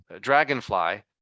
Dragonfly